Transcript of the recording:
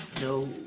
no